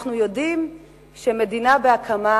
אנחנו יודעים שמדינה בהקמה,